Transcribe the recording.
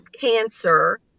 cancer